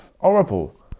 horrible